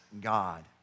God